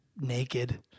naked